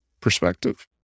perspective